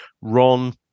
Ron